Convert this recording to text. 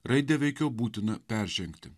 raidę veikiau būtina peržengti